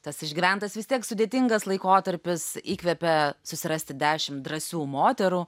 tas išgyventas vis tiek sudėtingas laikotarpis įkvėpė susirasti dešimt drąsių moterų